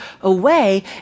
away